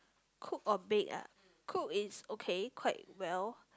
cook or bake ah cook is okay quite well